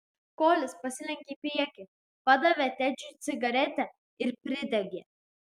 kolis pasilenkė į priekį padavė tedžiui cigaretę ir pridegė